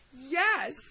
yes